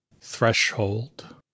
threshold